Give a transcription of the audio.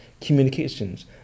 communications